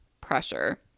pressure